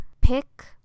pick